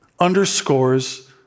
underscores